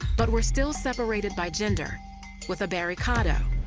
but were still separated by gender with a barricado,